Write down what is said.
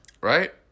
right